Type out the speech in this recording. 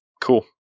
Cool